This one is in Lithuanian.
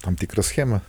tam tikrą schemą